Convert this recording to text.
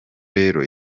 rero